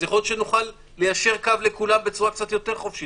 יכול להיות שנוכל ליישר קו לכולם בצורה קצת יותר חופשית.